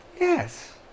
Yes